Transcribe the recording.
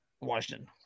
Washington